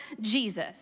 Jesus